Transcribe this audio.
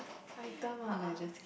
item ah